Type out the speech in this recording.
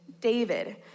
David